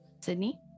Sydney